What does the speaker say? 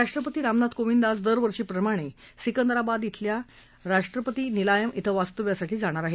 राष्ट्रपती रामनाथ कोविंद आज दरवर्षीपणे सिंकदराबाद मधल्या राष्ट्रपती निलायम ें वास्तव्यासाठी जाणार आहेत